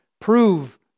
prove